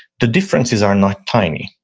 the differences are not tiny,